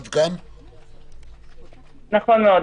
נכון מאוד.